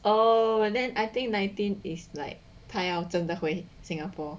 oh and then I think nineteen is like 拍要真的回 Singapore